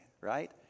Right